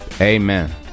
Amen